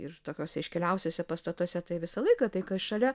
ir tokiuose iškiliausiuose pastatuose tai visą laiką tai kas šalia